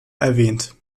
erwähnt